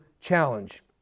challenge